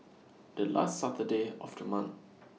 The last Saturday of The month